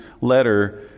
letter